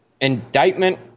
indictment